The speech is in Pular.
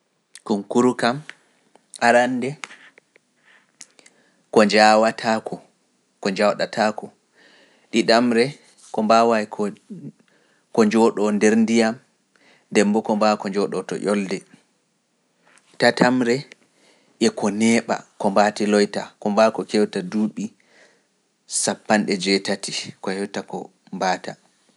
Konkuru kam arande ko njawataako, ɗiɗamre ko mbaawa e ko njooɗoo nder ndiyam, dembo ko mbaawai ko njooɗoo to ƴolde, tatamre e ko neeɓa ko mbaati loyta, ko mbaawa ko kewta duuɓi sappo e jeetati.